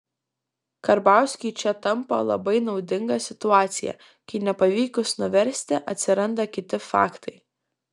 karbauskiui čia tampa labai naudinga situacija kai nepavykus nuversti atsiranda kiti faktai